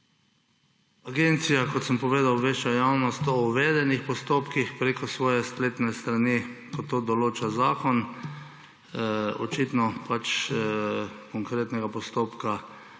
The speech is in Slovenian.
Agencija, kot sem povedal, obvešča javnost o uvedenih postopkih prek svoje spletne strani, kot to določa zakon. Očitno konkretnega postopka